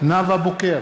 נאוה בוקר,